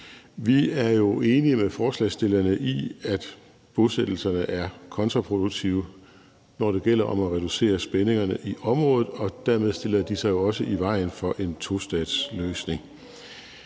Vi er enige med forslagsstillerne i, at bosættelserne er kontraproduktive, når det gælder om at reducere spændingerne i området, og dermed stiller de sig jo også i vejen for en tostatsløsning.